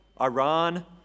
Iran